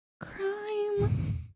crime